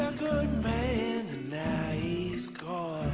good man and now he's gone